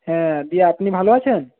হ্যাঁ দিয়ে আপনি ভালো আছেন